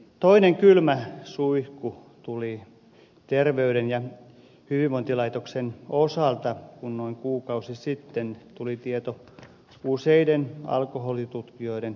toinen kylmä suihku tuli terveyden ja hyvinvoinnin laitoksen osalta kun noin kuukausi sitten tuli tieto useiden alkoholitutkijoiden irtisanomisesta